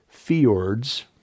fjords